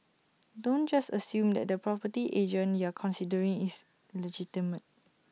don't just assume that the property agent you're considering is legitimate